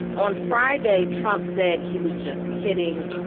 on friday, trump said he was just kidding.